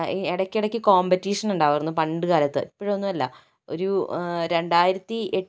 ഈ ഇടയ്ക്ക് ഇടയ്ക്ക് കോംബറ്റീഷൻ ഉണ്ടാകുമായിരുന്നു പണ്ടുകാലത്ത് ഇപ്പോഴൊന്നുമല്ല ഒരു രണ്ടായിരത്തി എട്